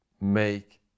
make